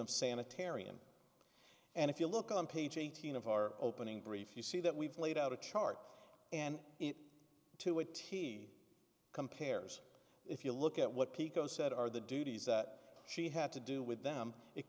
of sanitarium and if you look on page eighteen of our opening brief you see that we've laid out a chart and to a t compares if you look at what pico said are the duties that she had to do with them it